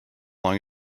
long